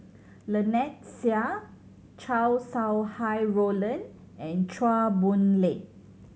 Lynnette Seah Chow Sau Hai Roland and Chua Boon Lay